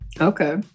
Okay